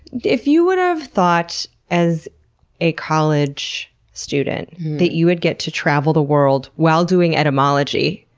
if you would have thought as a college student that you would get to travel the world while doing etymology.